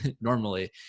normally